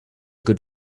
good